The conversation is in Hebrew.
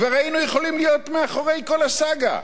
כבר היינו יכולים להיות אחרי כל הסאגה.